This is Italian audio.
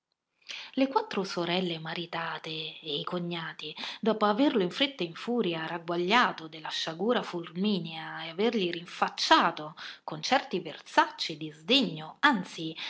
le quattro sorelle maritate e i cognati dopo averlo in fretta in furia ragguagliato della sciagura fulminea e avergli rinfacciato con certi versacci di sdegno anzi